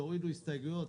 תורידו הסתייגויות,